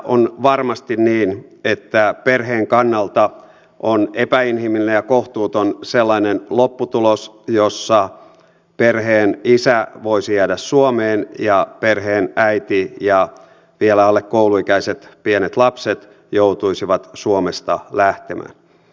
on varmasti niin että perheen kannalta on epäinhimillinen ja kohtuuton sellainen lopputulos jossa perheen isä voisi jäädä suomeen ja perheen äiti ja vielä alle kouluikäiset pienet lapset joutuisivat suomesta lähtemään